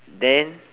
then